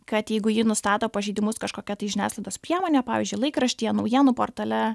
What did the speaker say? kad jeigu ji nustato pažeidimus kažkokia tai žiniasklaidos priemonė pavyzdžiui laikraštyje naujienų portale